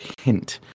hint